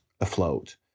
afloat